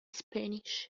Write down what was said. spanish